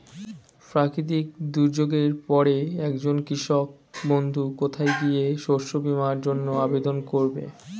প্রাকৃতিক দুর্যোগের পরে একজন কৃষক বন্ধু কোথায় গিয়ে শস্য বীমার জন্য আবেদন করবে?